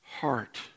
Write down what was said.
heart